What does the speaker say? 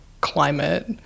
climate